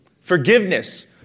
forgiveness